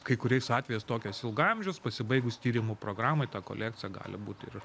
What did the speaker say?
kai kuriais atvejais tokios ilgaamžės pasibaigus tyrimų programai ta kolekcija gali būti ir